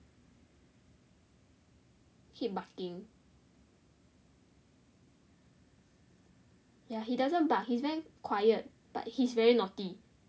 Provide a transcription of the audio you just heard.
keep barking ya he doesn't bark he is very quiet but he is very naughty